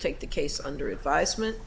take the case under advisement